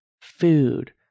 Food